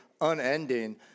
unending